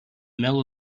mill